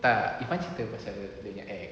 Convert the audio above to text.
tak irfan cerita pasal dia nya ex